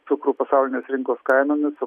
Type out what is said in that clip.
cukrų pasaulinės rinkos kainomis o